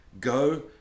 go